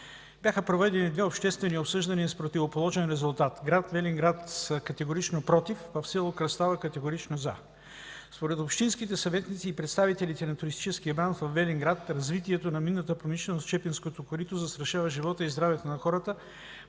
Бяха проведени две обществени обсъждания с противоположен резултат – в град Велинград са категорично „против”, а в село Кръстава – категорично „за”. Според общинските съветници и представителите на туристическия бранш във Велинград, развитието на минната промишленост в Чепинското корито застрашава живота и здравето на хората,